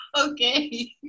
Okay